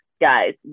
Guys